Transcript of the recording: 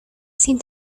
sin